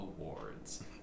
Awards